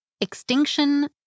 extinction